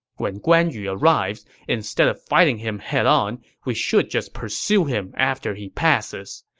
when guan yu arrives, instead of fighting him head on, we should just pursue him after he passes.